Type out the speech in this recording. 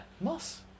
moss